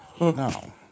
No